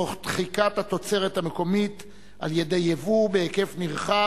תוך דחיקת התוצרת המקומית על-ידי יבוא נרחב,